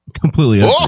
completely